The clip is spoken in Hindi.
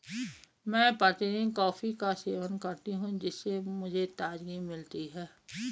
मैं प्रतिदिन कॉफी का सेवन करती हूं जिससे मुझे ताजगी मिलती है